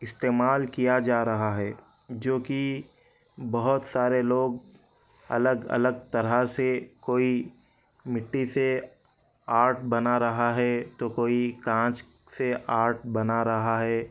استعمال کیا جا رہا ہے جو کہ بہت سارے لوگ الگ الگ طرح سے کوئی مٹی سے آرٹ بنا رہا ہے تو کوئی کانچک سے آرٹ بنا رہا ہے